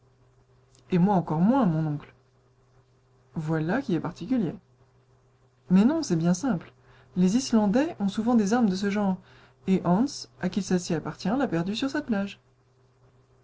et moi encore moins mon oncle voilà qui est particulier mais non c'est bien simple les islandais ont souvent des armes de ce genre et hans à qui celle-ci appartient l'a perdue sur cette plage